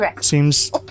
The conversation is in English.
Seems